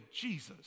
Jesus